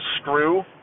screw